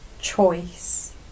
choice